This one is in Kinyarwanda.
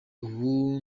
ubu